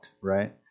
right